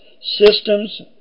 systems